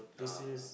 yeah